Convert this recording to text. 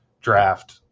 draft